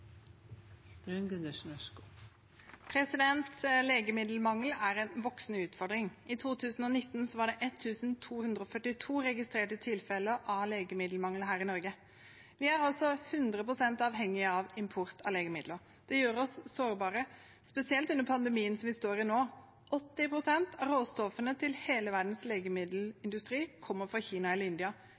Legemiddelmangel er en voksende utfordring. I 2019 var det 1 242 registrerte tilfeller av legemiddelmangel her i Norge. Vi er 100 pst. avhengige av import av legemidler. Det gjør oss sårbare, spesielt under pandemien som vi står i nå. 80 pst. av råstoffene til hele verdens legemiddelindustri kommer fra Kina eller India.